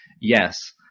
Yes